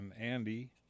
andy